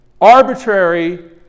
arbitrary